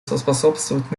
способствовать